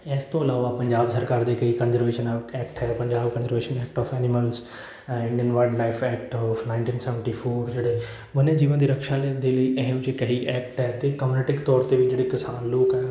ਇਸ ਤੋਂ ਇਲਾਵਾ ਪੰਜਾਬ ਸਰਕਾਰ ਦੇ ਕਈ ਕਜ਼ਰਵੇਸ਼ਨ ਅ ਐਕਟ ਹੈ Punjab conservation act of animals and in wildlife act of nineteen seventy four ਜਿਹੜੇ ਵਣਾਂ ਜੀਵਾਂ ਦੀ ਰਕਸ਼ਾ ਦੇ ਲਈ ਇਹੋ ਜਿਹੇ ਕਈ ਐਕਟ ਹੈ ਅਤੇ ਕਮਿਊਨਿਟੀਕ ਤੌਰ 'ਤੇ ਵੀ ਜਿਹੜੇ ਕਿਸਾਨ ਲੋਕ ਹੈ